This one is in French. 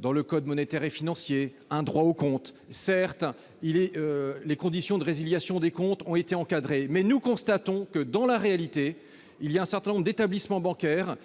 dans le code monétaire et financier un droit au compte. Certes, les conditions de résiliation des comptes ont été encadrées. Mais nous constatons que, dans la réalité, un certain nombre d'établissements bancaires